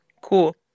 cool